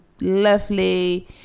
lovely